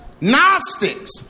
Gnostics